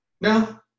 No